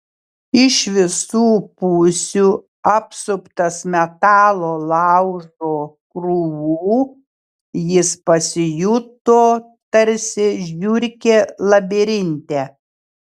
iš visų pusių apsuptas metalo laužo krūvų jis pasijuto tarsi žiurkė labirinte